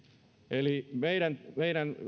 eli meidän meidän